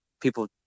people